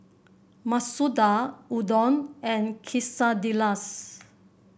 Masoor Dal Udon and Quesadillas